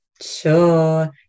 sure